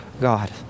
God